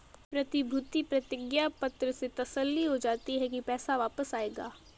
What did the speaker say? प्रतिभूति प्रतिज्ञा पत्र से तसल्ली हो जाती है की पैसा वापस आएगा